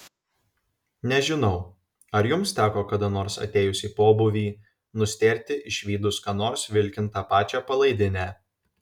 nežinau ar jums teko kada nors atėjus į pobūvį nustėrti išvydus ką nors vilkint tą pačią palaidinę